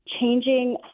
changing